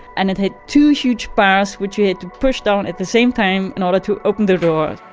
and it had two huge bars, which you had to push down at the same time in order to open the door